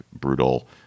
brutal